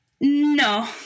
no